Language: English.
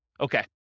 Okay